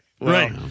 Right